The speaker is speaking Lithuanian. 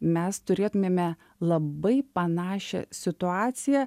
mes turėtumėme labai panašią situaciją